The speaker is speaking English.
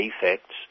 defects